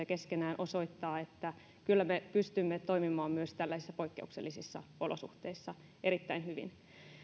keskenään osoittaa että kyllä me pystymme toimimaan myös tällaisissa poikkeuksellisissa olosuhteissa erittäin hyvin